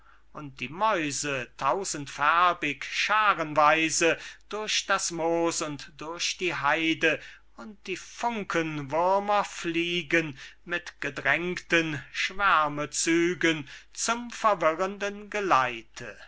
und die mäuse tausendfärbig schaarenweise durch das moos und durch die heide und die funkenwürmer fliegen mit gedrängten schwärme zügen zum verwirrenden geleite